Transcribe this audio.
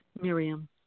Miriam